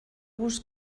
vos